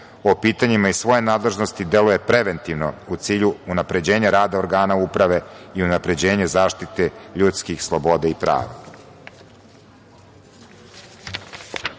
po pitanjima iz svoje nadležnosti deluje preventivno u cilju unapređenja rada organa uprave i unapređenje zaštite ljudskih sloboda i